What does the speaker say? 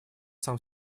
сам